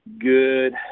Good